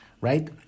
right